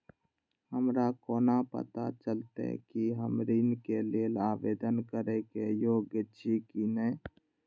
हमरा कोना पताा चलते कि हम ऋण के लेल आवेदन करे के योग्य छी की ने?